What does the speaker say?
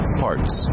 parts